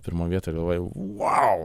pirmoj vietoj galvoji vau